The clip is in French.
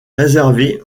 réservée